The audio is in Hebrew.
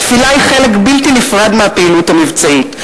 התפילה היא חלק בלתי נפרד מהפעילות המבצעית.